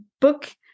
book